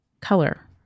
color